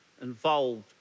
involved